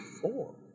four